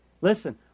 Listen